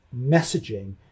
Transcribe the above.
messaging